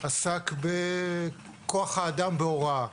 עסק בכוח האדם בהוראה.